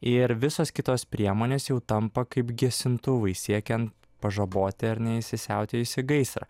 ir visos kitos priemonės jau tampa kaip gesintuvai siekiant pažaboti ar ne įsisiautėjusį gaisrą